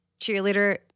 cheerleader